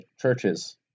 churches